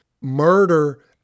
murder